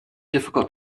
difficult